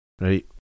right